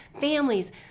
families